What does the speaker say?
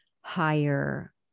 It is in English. higher